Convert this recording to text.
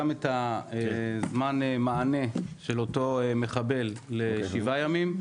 גם את זמן המענה של אותו מחבל ל-7 ימים,